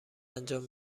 انجام